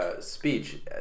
Speech